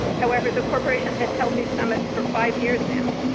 however, the corporation has held these summons for five years now,